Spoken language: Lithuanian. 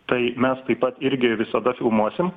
tai mes taip pat irgi visada filmuosim